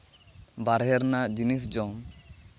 ᱵᱟᱨᱦᱮ ᱨᱮᱱᱟᱜ ᱡᱤᱱᱤᱥ ᱡᱚᱢ